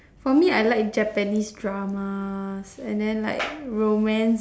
for me I like japanese dramas and then like romance